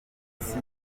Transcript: isi